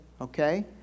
okay